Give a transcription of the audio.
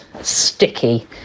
sticky